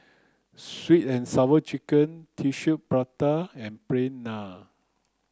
sweet and sour chicken tissue prata and plain naan